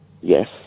Yes